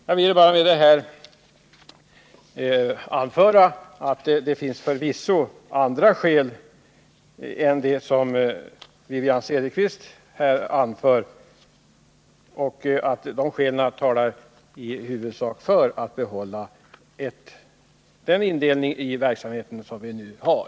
Jag har med detta bara velat anföra att det förvisso finns andra skäl än de som Wivi-Anne Cederqvist här anfört och att de skälen talar för att man i huvudsak behåller den indelning av verksamheten som vi nu har.